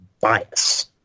bias